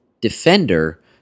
defender